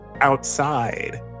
outside